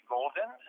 Golden